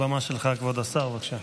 הבמה שלך, כבוד השר, בבקשה.